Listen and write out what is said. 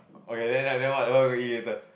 okay then then what then what we gonna eat later